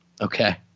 Okay